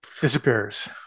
disappears